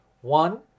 One